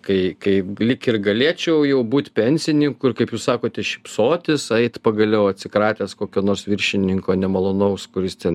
kai kaip lyg ir galėčiau jau būt pensininku kaip jūs sakote šypsotis eit pagaliau atsikratęs kokio nors viršininko nemalonaus kuris ten